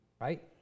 Right